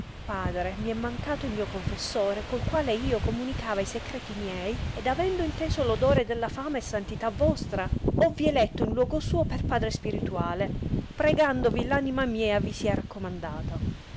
padre mi è mancato il mio confessore col quale io comunicava i secreti miei ed avendo inteso r odore della fama e santità vostra hovvi eletto in luogo suo per padre spirituale pregandovi l anima mia vi sia raccomandata